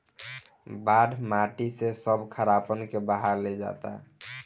बाढ़ माटी से सब खारापन के बहा ले जाता